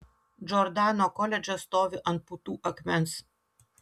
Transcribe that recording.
džordano koledžas stovi ant putų akmens